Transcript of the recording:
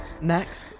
Next